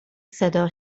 صدا